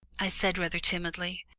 i said rather timidly.